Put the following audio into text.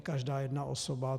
Každá jedna osoba.